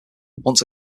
once